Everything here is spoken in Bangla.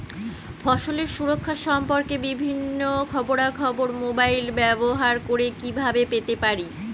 ফসলের সুরক্ষা সম্পর্কে বিভিন্ন খবরা খবর মোবাইল ব্যবহার করে কিভাবে পেতে পারি?